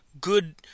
good